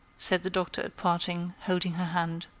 said the doctor at parting, holding her hand,